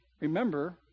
remember